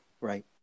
Right